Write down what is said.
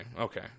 okay